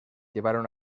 llevaron